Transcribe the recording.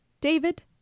David